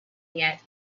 yet